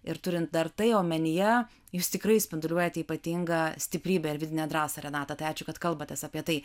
ir turint dar tai omenyje jūs tikrai spinduliuojate ypatingą stiprybę ir vidinę drąsą renata tai ačiū kad kalbatės apie tai